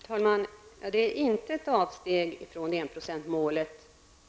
Fru talman! Det är inte ett avsteg från enprocentsmålet.